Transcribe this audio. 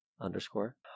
underscore